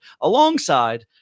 alongside